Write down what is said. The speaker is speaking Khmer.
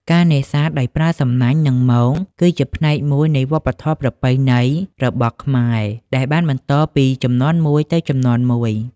ការនេសាទដោយប្រើសំណាញ់ និងមងគឺជាផ្នែកមួយនៃវប្បធម៌ប្រពៃណីរបស់ខ្មែរដែលបានបន្តពីជំនាន់មួយទៅជំនាន់មួយ។